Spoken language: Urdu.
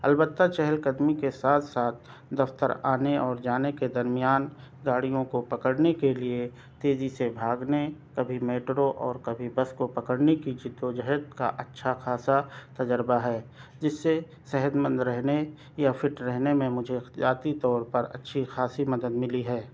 البتہ چہل قدمی کے ساتھ ساتھ دفتر آنے اور جانے کے درمیان گاڑیوں کو پکڑنے کے لیے تیزی سے بھاگنے کبھی میٹرو اور کبھی بس کو پکڑنے کی جد و جہد کا اچھا خاصا تجربہ ہے جس سے صحت مند رہنے یا فٹ رہنے میں مجھے ذاتی طور پر اچھی خاصی مدد ملی ہے